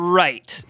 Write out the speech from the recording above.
right